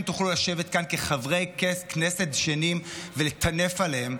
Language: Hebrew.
תוכלו לשבת כאן כחברי כנסת דשנים ולטנף עליהם,